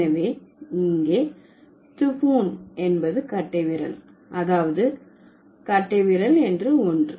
எனவே இங்கே திபுன் என்பது கட்டைவிரல் அதாவது கட்டைவிரல் என்று ஒன்று